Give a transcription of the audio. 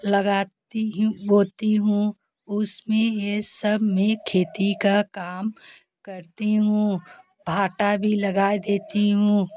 लगाती ही बोती हूँ उसमें ये सब में खेती का काम करती हूँ भाटा भी लगाए देती हूँ